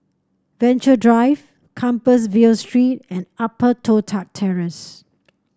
Venture Drive Compassvale Street and Upper Toh Tuck Terrace